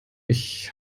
ich